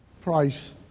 price